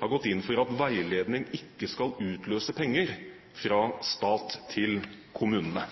har gått inn for at veiledning ikke skal utløse penger fra staten til kommunene?